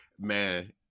man